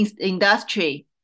industry